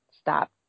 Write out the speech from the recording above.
stop